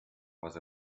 was